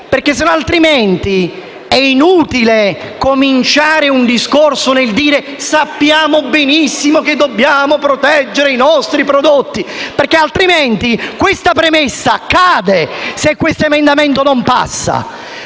altrimenti è inutile cominciare un discorso e dire che sappiamo benissimo che dobbiamo proteggere i nostri prodotti, perché questa premessa decade se l'emendamento 5.12/1